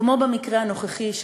כמו במקרה הנוכחי,